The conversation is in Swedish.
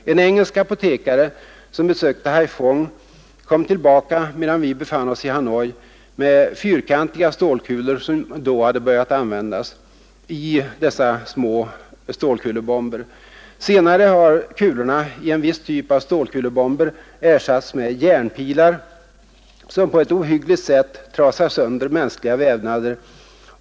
En engelsk apotekare som besökte Haiphong kom tillbaka medan vi befann oss i Hanoi med fyrkantiga stålkulor. Senare har kulorna i en viss typ av stålkulebomber ersatts med järnpilar som på ett ohyggligt sätt trasar sönder mänskliga vävnader.